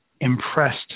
impressed